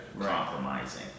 compromising